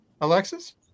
Alexis